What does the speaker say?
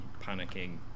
panicking